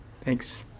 Thanks